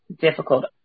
difficult